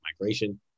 migration